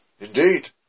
Indeed